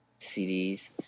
CDs